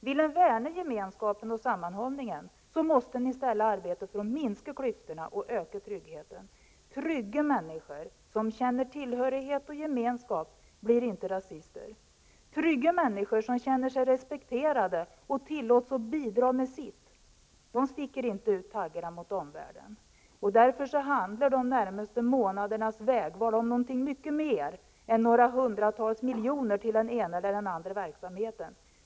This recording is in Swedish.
Vill man värna gemenskapen och sammanhållningen måste man i stället arbeta för att minska klyftorna och öka tryggheten. Trygga människor som känner tillhörighet och gemenskap blir inte rasister. Trygga människor som känner sig respekterade och tillåts bidra med sitt sticker inte ut taggarna mot omvärlden. Därför handlar de närmaste månadernas vägval om något mycket mer än några hundratals miljoner till den ena eller andra verksamheten.